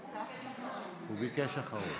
הוא ביקש אחרון.